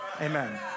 Amen